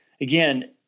again